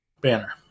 banner